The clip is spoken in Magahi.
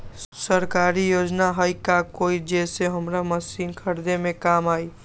सरकारी योजना हई का कोइ जे से हमरा मशीन खरीदे में काम आई?